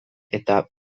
eta